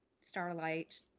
Starlight